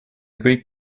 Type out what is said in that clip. kõik